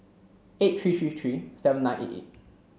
eight three three three seven nine eight eight